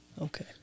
Okay